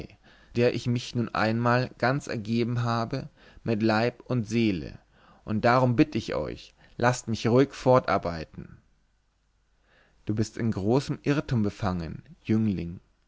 der ich mich nun einmal ganz ergeben habe mit leib und seele und darum bitt ich euch laßt mich ruhig fortarbeiten du bist in großem irrtum befangen jüngling